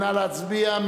נא להצביע.